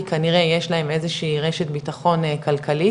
כנראה יש להם איזושהי רשת ביטחון כלכלית